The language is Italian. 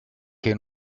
che